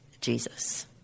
Jesus